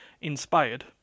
inspired